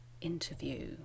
interview